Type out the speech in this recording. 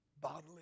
bodily